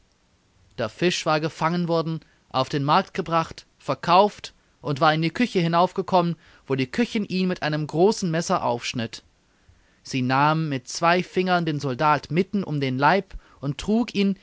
der fisch war gefangen worden auf den markt gebracht verkauft und war in die küche hinaufgekommen wo die köchin ihn mit einem großen messer aufschnitt sie nahm mit zwei fingern den soldat mitten um den leib und trug ihn